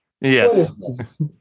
yes